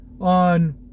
on